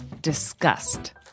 disgust